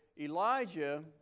Elijah